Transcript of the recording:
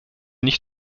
nicht